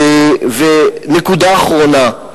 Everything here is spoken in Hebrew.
נקודה אחרונה.